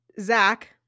Zach